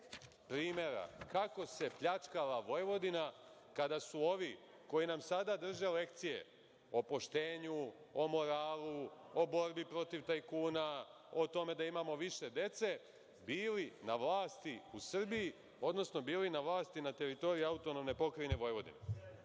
primera kako se pljačkala Vojvodina kada su ovi koji nam sada drže lekcije o poštenju, o moralu, o borbi protiv tajkuna, o tome da imamo više dece bili na vlasti u Srbiji, odnosno bili na vlasti na teritoriji AP Vojvodine. Reći